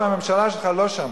והממשלה שלך לא שמעה.